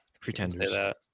Pretenders